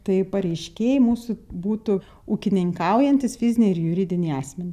tai pareiškėjai mūsų būtų ūkininkaujantys fiziniai ir juridiniai asmenys